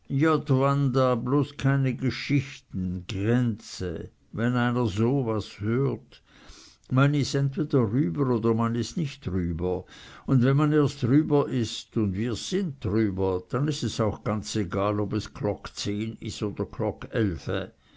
bloß keine geschichten jrenze wenn einer so was hört man is entweder rüber oder man is nich rüber un wenn man erst rüber is und wir sind rüber dann is es auch ganz egal ob es klock zehn is oder